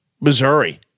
Missouri